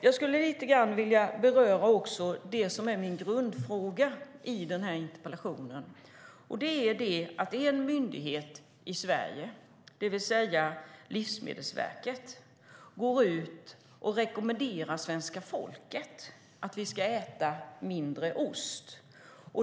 Jag skulle vilja beröra grundfrågan i min interpellation lite grann. En myndighet i Sverige, Livsmedelsverket, går ut och rekommenderar svenska folket att vi ska äta mindre ost.